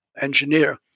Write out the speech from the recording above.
engineer